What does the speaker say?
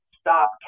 stop